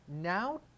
now